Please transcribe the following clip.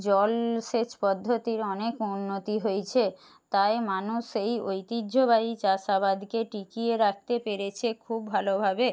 জলসেচ পদ্ধতির অনেক উন্নতি হয়েছে তাই মানুষ এই ঐতিহ্যবাহী চাষাবাদকে টিকিয়ে রাখতে পেরেছে খুব ভালোভাবে